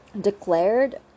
declared